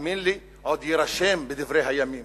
תאמין לי, עוד יירשם בדברי הימים